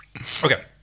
Okay